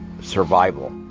survival